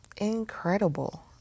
incredible